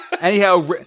Anyhow